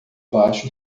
baixo